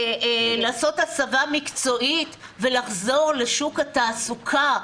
לעשות הסבה מקצועית ולחזור לשוק התעסוקה.